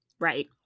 Right